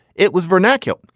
it was vernacular.